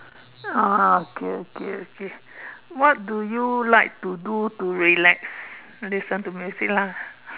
oh okay okay okay what do you like to do to relax listen to music lah